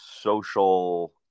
social